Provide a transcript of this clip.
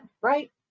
right